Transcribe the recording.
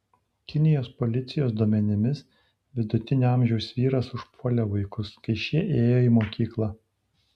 kinijos policijos duomenimis vidutinio amžiaus vyras užpuolė vaikus kai šie ėjo į mokyklą